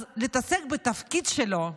אז להתעסק בתפקיד שלו,